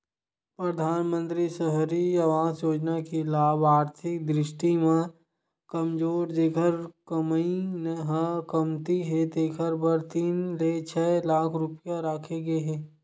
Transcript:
परधानमंतरी सहरी आवास योजना के लाभ आरथिक दृस्टि म कमजोर जेखर कमई ह कमती हे तेखर बर तीन ले छै लाख रूपिया राखे गे हे